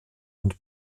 und